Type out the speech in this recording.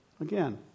Again